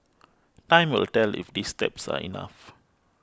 time will tell if these steps are enough